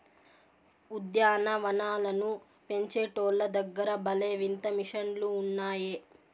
ఉద్యాన వనాలను పెంచేటోల్ల దగ్గర భలే వింత మిషన్లు ఉన్నాయే